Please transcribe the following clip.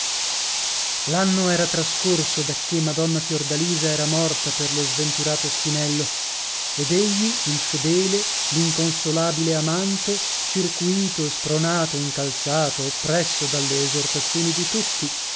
l'anno era trascorso dacchè madonna fiordalisa era morta per lo sventurato spinello ed egli il fedele l'inconsolabile amante circuito spronato incalzato oppresso dalle esortazioni di tutti